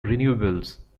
renewables